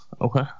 okay